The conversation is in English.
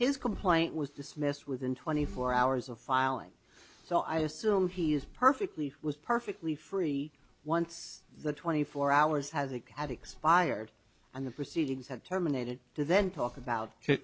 his complaint was dismissed within twenty four hours of filing so i assume he is perfectly was perfectly free once the twenty four hours has it had expired and the proceedings have terminated then talk about